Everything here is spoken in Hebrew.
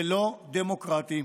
ולא דמוקרטי.